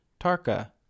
Tarka